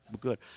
good